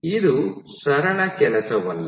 ಇದು ಸರಳ ಕೆಲಸವಲ್ಲ